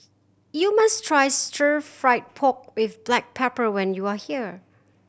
you must try Stir Fried Pork With Black Pepper when you are here